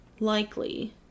Likely